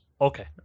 Okay